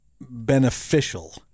beneficial